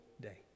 day